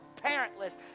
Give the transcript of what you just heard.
parentless